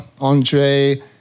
Andre